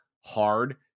hard